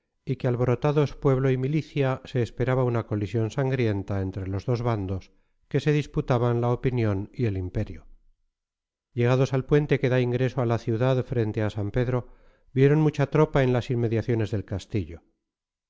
y que alborotados pueblo y milicia se esperaba una colisión sangrienta entre los dos bandos que se disputaban la opinión y el imperio llegados al puente que da ingreso a la ciudad frente a san pedro vieron mucha tropa en las inmediaciones del castillo